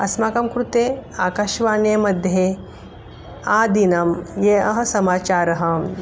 अस्माकं कृते आकाश्वाण्याः मध्ये आदिनं ये अस्ति समाचाराः